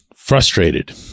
Frustrated